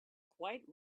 quite